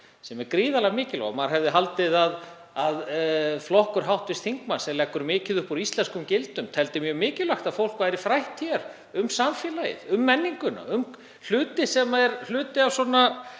sem er gríðarlega mikilvæg. Maður hefði haldið að flokkur hv. þingmanns, sem leggur mikið upp úr íslenskum gildum, teldi mjög mikilvægt að fólk væri frætt um samfélagið, um menninguna, um það sem er hluti af